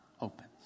opens